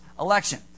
election